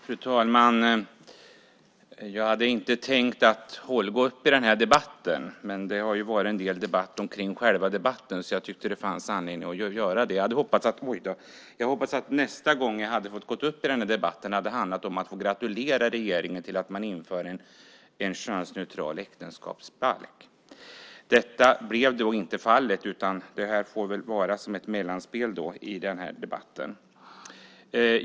Fru talman! Jag hade inte tänkt gå upp i den här debatten, men det har varit en del debatt om själva debatten, så jag tyckte att det fanns anledning att göra det. Jag hade hoppats att jag nästa gång jag gick upp i den här debatten hade fått gratulera regeringen till att man inför en könsneutral äktenskapsbalk. Detta blir inte fallet. Det här får väl bli ett mellanspel i den här debatten.